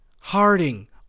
Harding